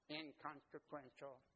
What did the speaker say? inconsequential